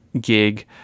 gig